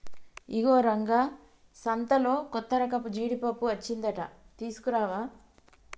ఇగో రంగా సంతలో కొత్తరకపు జీడిపప్పు అచ్చిందంట తీసుకురావా